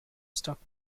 struck